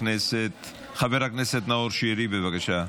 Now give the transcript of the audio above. חבר הכנסת נאור שירי, בבקשה.